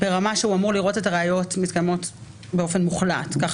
ברמה שהוא אמור לראות את הראיות מתקיימות באופן מוחלט כך